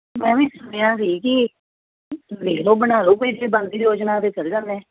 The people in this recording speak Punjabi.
ਮੈਂ ਵੀ ਸੁਣਿਆ ਸੀ ਕਿ ਵੇਖ ਲਓ ਬਣਾ ਲਓ ਕੋਈ ਜੇ ਬਣਦੀ ਯੋਜਨਾ ਤਾਂ ਚੱਲ ਜਾਂਦੇ